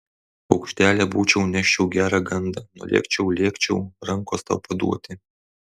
paukštelė būčiau neščiau gerą gandą nulėkčiau lėkčiau rankos tau paduoti